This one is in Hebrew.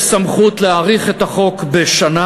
יש סמכות לשרת התרבות להאריך את החוק בשנה